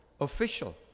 official